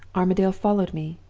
armadale followed me.